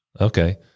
Okay